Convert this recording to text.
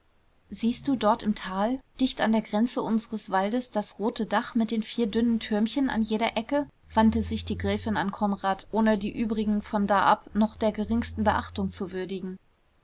siehst du dort im tal dicht an der grenze unseres waldes das rote dach mit den vier dünnen türmchen an jeder ecke wandte sich die gräfin an konrad ohne die übrigen von da ab noch der geringsten beachtung zu würdigen